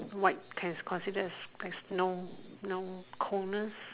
white can consider as as no no coldness